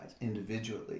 individually